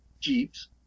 jeeps